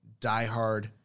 diehard